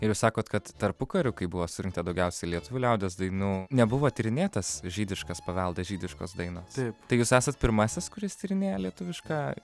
ir jūs sakot kad tarpukariu kai buvo surinkta daugiausiai lietuvių liaudies dainų nebuvo tyrinėtas žydiškas paveldas žydiškos dainos tai jūs esat pirmasis kuris tyrinėja lietuvišką